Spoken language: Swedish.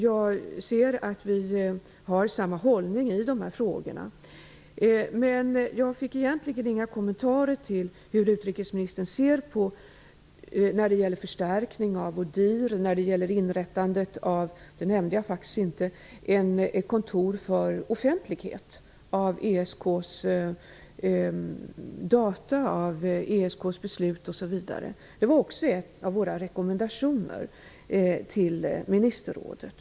Jag ser att vi har samma hållning i dessa frågor, men jag fick egentligen inga kommentarer till hur utrikesministern ser på en förstärkning av ODIHR och, vilket jag faktiskt inte nämnde, inrättande av ett kontor för offentlighet av ESK:s data, av ESK:s beslut osv. Det var en av våra rekommendationer till ministerrådet.